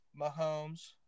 Mahomes